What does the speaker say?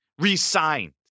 re-signed